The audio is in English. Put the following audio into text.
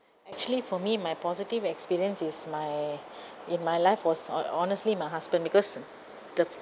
actually for me my positive experience is my in my life was ho~ honestly my husband because the